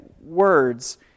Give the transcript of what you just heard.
Words